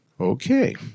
Okay